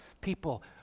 people